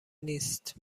نیست